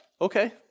Okay